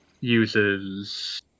uses